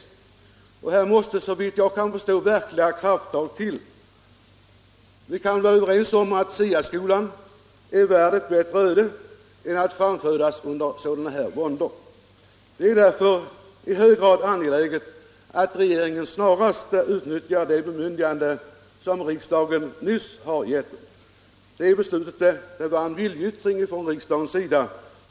Såvitt jag förstår krävs det i dessa fall verkliga krafttag. Vi kan vara överens om att SIA skolan är värd ett bättre öde än att framfödas under sådana våndor. Det är därför i hög grad angeläget att regeringen snarast utnyttjar det bemyndigande som riksdagen nyss har gett den. Det beslutet var en viljeyttring från riksdagens sida.